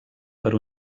per